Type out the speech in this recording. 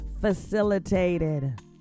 facilitated